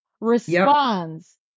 responds